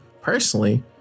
personally